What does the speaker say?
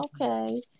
okay